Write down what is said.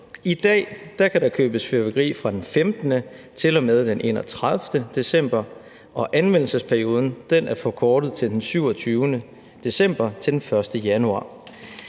I dag kan der købes fyrværkeri fra den 15. december til og med den 31. december, og anvendelsesperioden er forkortet fra den 27. december til den 1. januar.